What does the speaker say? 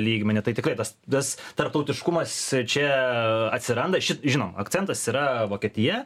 lygmeniu tai tikrai tas tas tarptautiškumas čia atsiranda žinom akcentas yra vokietija